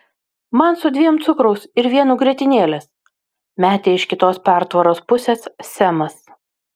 man su dviem cukraus ir vienu grietinėlės metė iš kitos pertvaros pusės semas